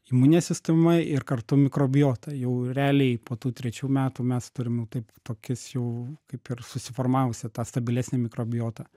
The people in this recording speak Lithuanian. imunė sistema ir kartu mikrobiota jau realiai po tų trečių metų mes turim jau taip tokias jau kaip ir susiformavusią tą stabilesnę mikrobiotą